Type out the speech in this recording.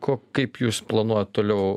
ko kaip jūs planuoja toliau